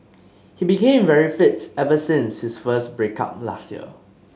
he became very fit ever since his first break up last year